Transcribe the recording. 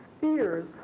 fears